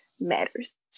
matters